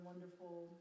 wonderful